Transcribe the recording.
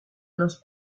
los